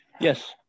Yes